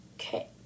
Okay